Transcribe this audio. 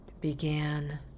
began